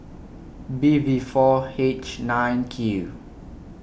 B V four H nine Q